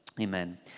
Amen